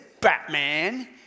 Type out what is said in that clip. Batman